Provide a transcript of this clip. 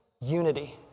unity